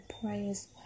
prayers